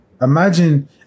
Imagine